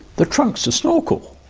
the trunk is a snorkel!